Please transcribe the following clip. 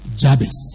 jabez